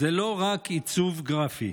לא רק עיצוב גרפי.